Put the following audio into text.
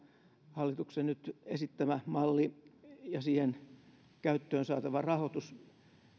hallituksen nyt esittämä malli ja siihen käyttöön saatava rahoitus